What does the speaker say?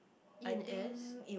E and S